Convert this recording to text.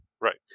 Right